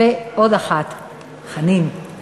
ועוד אחת, חנין,